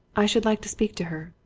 i should like to speak to her.